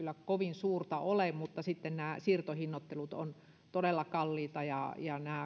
kovin suurta ole mutta sitten nämä siirtohinnoittelut ovat todella kalliita ja nämä